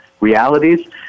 realities